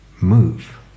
move